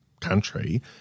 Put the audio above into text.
country